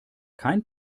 kein